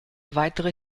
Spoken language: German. weitere